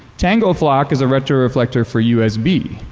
tangoflock is a retroreflector for usb.